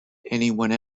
anyone